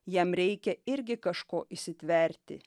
jam reikia irgi kažko įsitverti